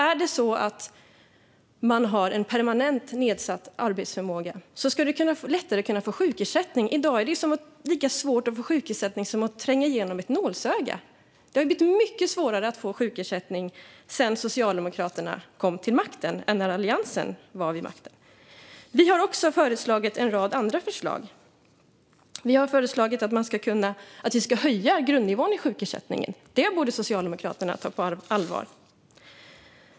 Är det så att du har en permanent nedsatt arbetsförmåga ska du lättare kunna få sjukersättning. I dag är det lika svårt att få sjukersättning som att tränga igenom ett nålsöga. Det har blivit mycket svårare att få sjukersättning sedan Socialdemokraterna kom till makten än när Alliansen var vid makten. Vi har också föreslagit en rad andra förslag. Vi har föreslagit att vi ska höja grundnivån i sjukersättningen. Det borde Socialdemokraterna ta på allvar.